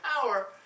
power